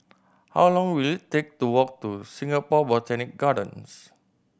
how long will it take to walk to Singapore Botanic Gardens